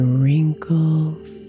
wrinkles